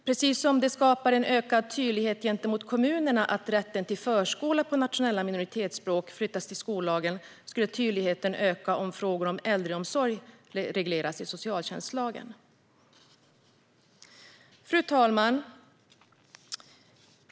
Precis som det skapar ökad tydlighet gentemot kommunerna att rätten till förskola på nationella minoritetsspråk flyttas till skollagen skulle tydligheten öka om frågor om äldreomsorg reglerades i socialtjänstlagen. Fru talman!